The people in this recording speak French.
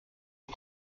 aux